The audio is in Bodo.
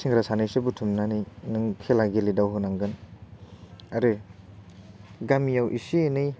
सेंग्रा सानैसो बुथुमनानै नों खेला गेलेदावहोनांगोन आरो गामियाव एसे एनै